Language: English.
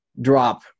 drop